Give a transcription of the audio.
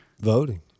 Voting